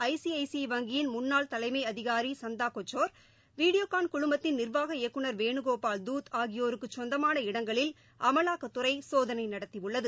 ICICI வங்கியின் முன்னாள் தலைமை அதிகாரி சந்தாகோச்சார் வீடியோகான் குழுமத்தின் நிா்வாக இயக்குநர் வேனுகோபால் தூத் ஆகியோருக்கு சொந்தமான இடங்களில் அமலாக்கத்துறை சோதனை நடத்தியுள்ளது